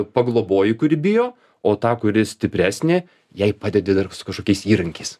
pagloboji kuri bijo o tą kuri stipresnė jai padedi dar su kažkokiais įrankiais